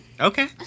Okay